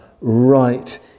right